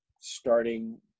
starting